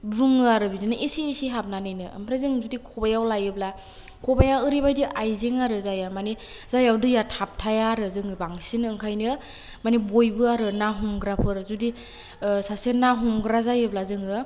बुङो आरो बिदिनो एसे एसे हाबनानैनो ओमफ्राइ जों जुिद खबाइआव लायोब्ला खबाइआ ओरैबायदि आइजें आरो जाय मानि जायाव दैया थाबथाया आरो जोङो बांसिन ओंखायनो मानि बयबो आरो ना हमग्राफोर जुदि सासे ना हमग्रा जायोब्ला जोङो